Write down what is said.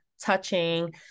touching